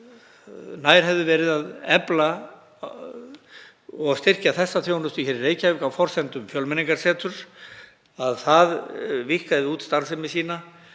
nær hefði verið að efla og styrkja þessa þjónustu í Reykjavík á forsendum Fjölmenningarseturs, að það víkkaði út starfsemi sína.